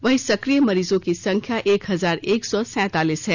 वहीं सक्रिय मरीजों की संख्या एक हजार एक सौ सैंतालीस हैं